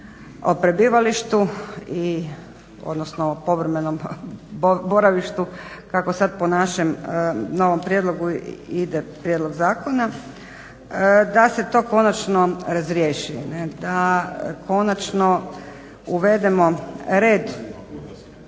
o prebivalištu odnosno o povremenom boravištu kako sada po našem novom prijedlogu ide prijedlog zakona, da se to konačno razriješi, da konačno uvedemo red